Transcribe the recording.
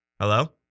Hello